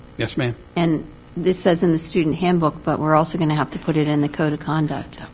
yes, ma'am. and this says in the student handbook. but we're also going to have to put it in the code of conduct